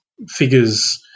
Figures